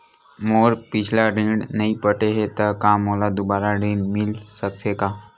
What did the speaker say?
मोर पिछला ऋण नइ पटे हे त का मोला दुबारा ऋण मिल सकथे का?